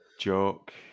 joke